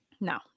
No